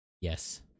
Yes